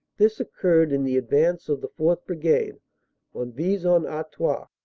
this occurred in the advance of the fourth brigade on vis-en-artois.